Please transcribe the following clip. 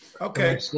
okay